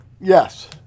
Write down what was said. Yes